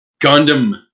Gundam